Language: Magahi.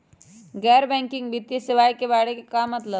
गैर बैंकिंग वित्तीय सेवाए के बारे का मतलब?